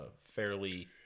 fairly